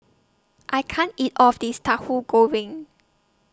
I can't eat All of This Tauhu Goreng